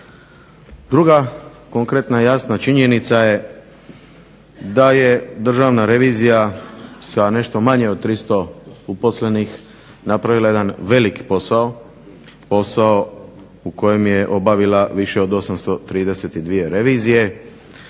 Druga konkretna jasna činjenica je da je Državna revizija sa nešto manje od 300 uposlenih napravila jedan velik posao, posao u kojem je obavila više od 832 revizije